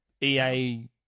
EA